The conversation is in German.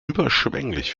überschwänglich